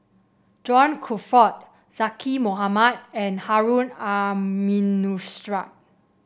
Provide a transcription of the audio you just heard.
John Crawfurd Zaqy Mohamad and Harun Aminurrashid